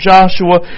Joshua